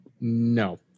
No